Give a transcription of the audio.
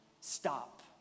stop